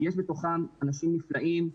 יש בתוכם אנשים נפלאים,